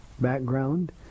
background